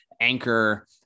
Anchor